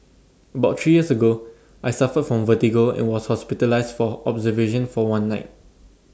about three years ago I suffered from vertigo and was hospitalised for observation for one night